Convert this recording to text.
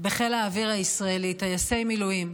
בחיל האוויר הישראלי, טייסי מילואים,